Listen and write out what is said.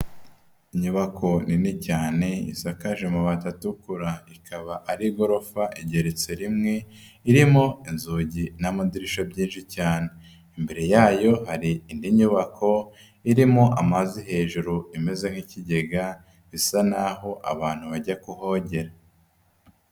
Inyubako nini cyane, isakaje amabati atukura. Ikaba ari igorofa igeretse rimwe, irimo inzugi n'amadirisha byinshi cyane. Imbere yayo hari indi nyubako, irimo amazi hejuru imeze nk'ikigega, bisa n'aho abantu bajya kuhogera.